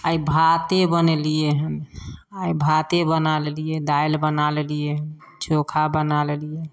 आइ भाते बनेलियै हन आइ भाते बना लेलियै दालि बना लेलियै चोखा बना लेलियै